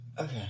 okay